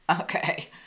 Okay